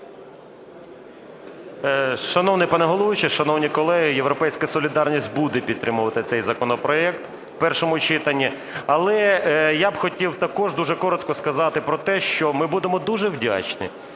Шановний пане головуючий, шановні колеги, "Європейська солідарність" буде підтримувати цей законопроект в першому читанні. Але я б хотів також дуже коротко сказати про те, що ми будемо дуже вдячні,